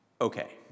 Okay